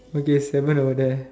okay seven over there